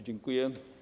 Dziękuję.